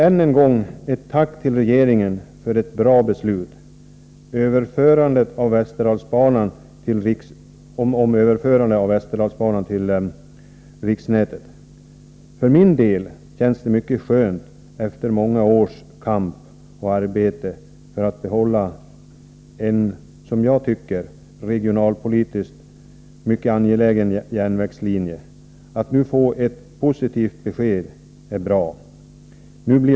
Än en gång vill jag framföra ett tack till regeringen för ett bra beslut, dvs. beslutet om överförandet av Västerdalsbanan till riksnätet. För min del känns det mycket skönt att efter många års kamp och arbete för att behålla en enligt min mening regionalpolitiskt mycket angelägen järnvägslinje nu få ett positivt besked.